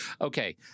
Okay